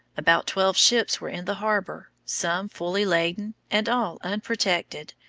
about twelve ships were in the harbor, some fully laden, and all unprotected,